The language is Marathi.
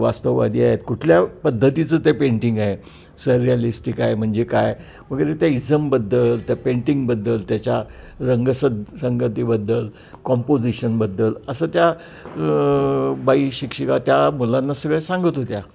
वास्तववादी आहेत कुठल्या पद्धतीचं ते पेंटिंग आहे सरिलिस्टिक आहे म्हणजे काय वगैरे त्या इजमबद्दल त्या पेंटिंगबद्दल त्याच्या रंगस रंगतीबद्दल कॉम्पोझिशनबद्दल असं त्या बाई शिक्षिका त्या मुलांना सगळ्या सांगत होत्या